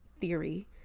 theory